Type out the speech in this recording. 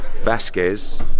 Vasquez